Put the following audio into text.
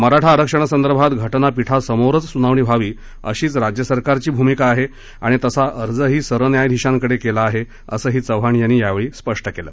मराठा आरक्षणासंदर्भात घटनापीठासमोरच सुनावणी व्हावी अशीच राज्य सरकारची भूमिका आहे आणि तसा अर्जही सरन्यायाधीशांकडे केला आहे असंही चव्हाण यांनी यावेळी स्पष्ट केलं